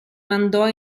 mandò